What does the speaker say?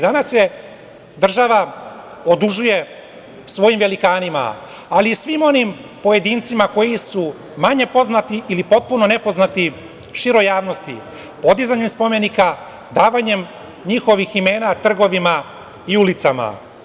Danas se država odužuje svojim velikanima, ali i svim onim pojedincima koji su manje poznati, ili potpuno nepoznati široj javnosti, podizanjem spomenika, davanjem njihovih imena trgovima i ulicama.